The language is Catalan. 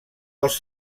cos